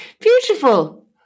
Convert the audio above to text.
Beautiful